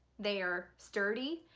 they are sturdy.